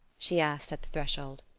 she asked at the threshold.